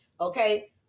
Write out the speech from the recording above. Okay